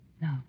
No